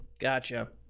Gotcha